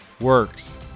works